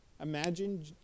Imagine